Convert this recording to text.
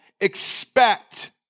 expect